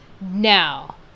Now